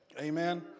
Amen